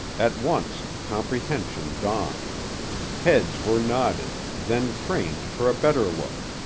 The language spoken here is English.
at once comprehension dawned heads were nodded, then craned for a better look.